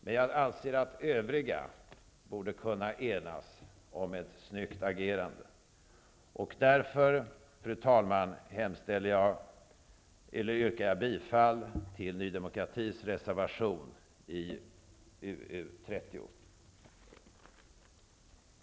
Men jag anser att övriga borde kunna enas om ett snyggt agerande. Därför, fru talman, yrkar jag bifall till Ny demokratis reservation i utrikesutskottets betänkande 30.